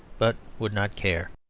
but would not care.